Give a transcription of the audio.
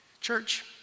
Church